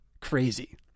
crazy